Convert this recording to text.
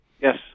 Yes